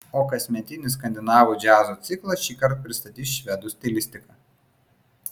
o kasmetinį skandinavų džiazo ciklą šįkart pristatys švedų stilistika